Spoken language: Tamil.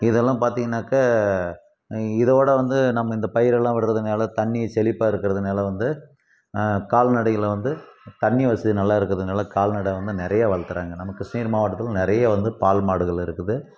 இதெல்லாம் பார்த்திங்கனாக்கா இதோடய வந்து நம்ம இந்த பயிரெல்லாம் விடுறதுனால தண்ணி செழிப்பாக இருக்கிறதுனால வந்து கால்நடைகளை வந்து தண்ணி வசதி நல்லா இருக்கிறதுனால கால்நடை வந்து நிறைய வளர்த்துறாங்க நம்ம கிருஷ்ணகிரி மாவட்டத்தில் வந்து நிறைய வந்து பால் மாடுகள் இருக்குது